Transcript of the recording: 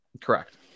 Correct